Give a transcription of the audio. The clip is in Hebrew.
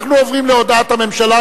אנחנו עוברים להודעת הממשלה,